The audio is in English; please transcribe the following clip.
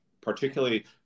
particularly